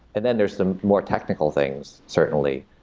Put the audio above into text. and then, there's the more technical things, certainly,